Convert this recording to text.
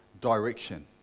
direction